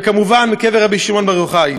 וכמובן בקבר רבי שמעון בר יוחאי.